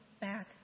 back